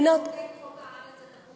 לכן צריך לחוקק פה בארץ את הפונדקאות.